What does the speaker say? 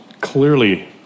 clearly